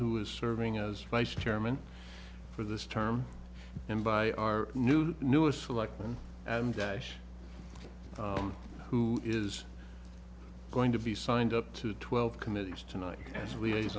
who is serving as vice chairman for this term and by our new newest selectman and dash who is going to be signed up to twelve committees tonight as we age